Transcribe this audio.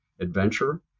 adventure